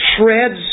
shreds